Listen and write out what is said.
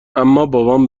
بابام